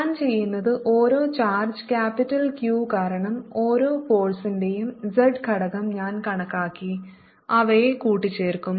ഞാൻ ചെയ്യുന്നത് ഓരോ ചാർജ് ക്യാപിറ്റൽ Q കാരണം ഓരോ ഫോഴ്സിന്റെയും z ഘടകം ഞാൻ കണക്കാക്കി അവയെ കൂട്ടിച്ചേർക്കും